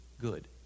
good